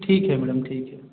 ठीक है मैडम ठीक है